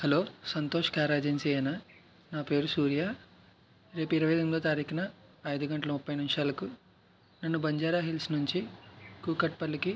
hello Santosh car ఏజెన్సీయేనా నాపేరు సూర్య రేపు ఇరవై ఎనిమిదవ తారీఖున ఐదు గంటల ముప్పై నిమిషాలకు నన్ను బంజారాహిల్స్ నుంచి కూకట్పల్లికి